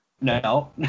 No